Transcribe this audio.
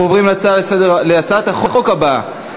אנחנו עוברים להצעת החוק הבאה,